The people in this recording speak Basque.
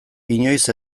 inoiz